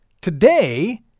today